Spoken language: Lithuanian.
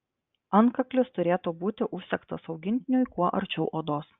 antkaklis turėtų būti užsegtas augintiniui kuo arčiau odos